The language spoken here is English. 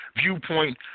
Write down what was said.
viewpoint